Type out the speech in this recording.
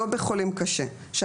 לא בחולים קשה.